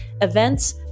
events